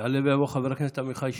יעלה ויבוא חבר הכנסת עמיחי שיקלי,